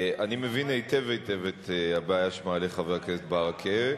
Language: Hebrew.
אני מבין היטב היטב את הבעיה שמעלה חבר הכנסת ברכה,